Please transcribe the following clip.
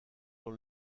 dans